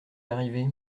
arrivé